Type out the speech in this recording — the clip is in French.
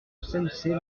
sennecey